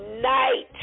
night